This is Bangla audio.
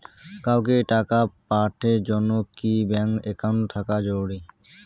কাউকে টাকা পাঠের জন্যে কি ব্যাংক একাউন্ট থাকা জরুরি?